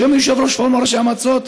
בשם יושב-ראש פורום ראשי המועצות,